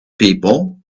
people